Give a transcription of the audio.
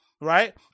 right